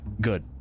Good